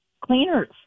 cleaners